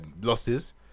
losses